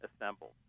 assembled